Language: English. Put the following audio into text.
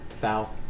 foul